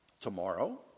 tomorrow